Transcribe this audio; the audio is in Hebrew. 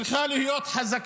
צריכה להיות חזקה.